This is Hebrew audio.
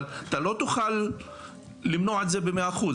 אבל אתה לא תוכל למנוע את זה ב-100%.